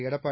Edappadi